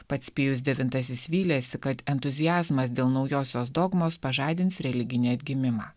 pats pijus devintasis vylėsi kad entuziazmas dėl naujosios dogmos pažadins religinį atgimimą